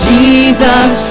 Jesus